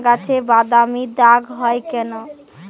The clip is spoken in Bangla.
ধানগাছে বাদামী দাগ হয় কেন?